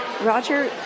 Roger